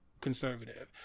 Conservative